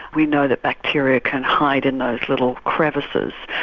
we know that bacteria can hide in those little crevices.